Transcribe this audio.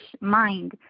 mind